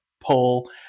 pull